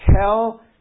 tell